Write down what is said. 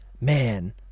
man